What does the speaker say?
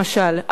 למשל,